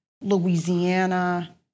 Louisiana